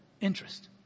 interest